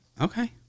Okay